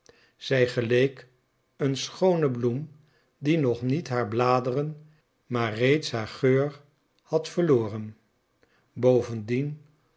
zij geleek een schoone bloem die nog niet haar bladeren maar reeds haar geur had verloren bovendien